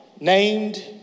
named